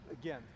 again